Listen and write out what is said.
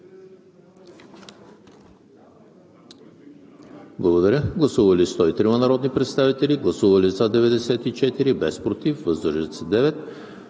Благодаря.